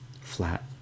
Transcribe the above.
flat